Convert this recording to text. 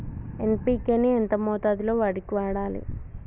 NPK ని ఎంత మోతాదులో వరికి వాడాలి?